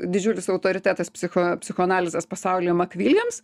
didžiulis autoritetas psicho psichoanalizės pasaulyje mak viljams